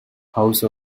house